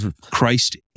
christ